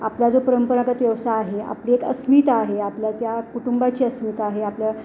आपला जो परंपरागत व्यवसाय आहे आपली एक अस्मिता आहे आपल्या त्या कुटुंबाची अस्मिता आहे आपल्या